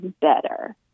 better